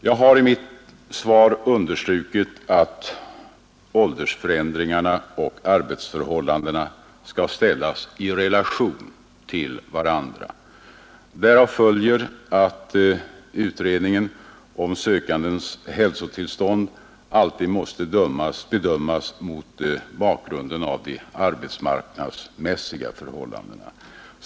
Jag har i mitt svar understrukit att åldersförändringarna och arbetsförhållandena skall ställas i relation till varandra. Därav följer att utredningen om sökandens hälsotillstånd alltid måste göras mot bakgrund av de arbetsmarknadsmässiga förhållandena.